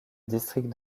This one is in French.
district